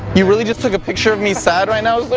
you really just took a picture of me sad right now